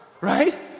right